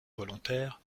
volontaire